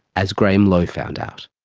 as graham lowe found out.